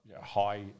high